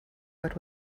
what